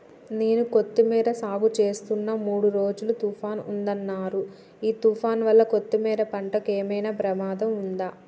నేను కొత్తిమీర సాగుచేస్తున్న మూడు రోజులు తుఫాన్ ఉందన్నరు ఈ తుఫాన్ వల్ల కొత్తిమీర పంటకు ఏమైనా ప్రమాదం ఉందా?